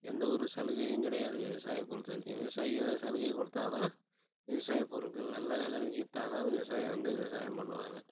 எந்த ஒரு சலுகையும் கிடையாது விவசாயி பொறுத்த வரைக்கும் விவசாயிக்கு ஏதாது சலுகைக் கொடுத்தா தான் விவசாய பொருட்கள் நல்ல நிலமைக்கு வித்தால் தான் விவசாயி வந்து விவசாயம் பண்ணுவாங்கள்